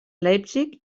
leipzig